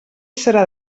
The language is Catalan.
serà